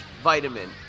Vitamin